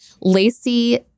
Lacey